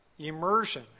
immersion